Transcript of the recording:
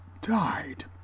died